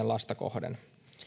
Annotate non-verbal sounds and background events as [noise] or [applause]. [unintelligible] lasta kohden